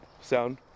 sound